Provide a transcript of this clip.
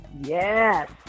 Yes